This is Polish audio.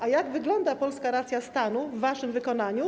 A jak wygląda polska racja stanu w waszym wykonaniu?